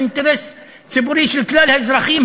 אינטרס ציבורי של כלל האזרחים,